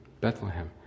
Bethlehem